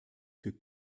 für